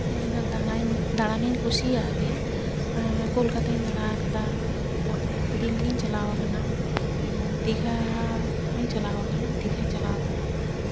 ᱤᱧ ᱫᱚ ᱫᱟᱬᱟ ᱫᱟᱬᱟᱱᱤᱧ ᱠᱩᱥᱤᱭᱟᱜ ᱜᱮᱭᱟ ᱠᱳᱞᱠᱟᱛᱟᱧ ᱫᱟᱬᱟ ᱟᱠᱟᱫᱟ ᱛᱟᱨᱯᱚᱨᱮ ᱫᱤᱞᱞᱤᱧ ᱪᱟᱞᱟᱣ ᱟᱠᱟᱱᱟ ᱫᱤᱜᱷᱟ ᱠᱚᱧ ᱪᱟᱞᱟᱣ ᱟᱠᱟᱱᱟ ᱫᱤᱜᱷᱟᱧ ᱪᱟᱞᱟᱣ ᱟᱠᱟᱱᱟ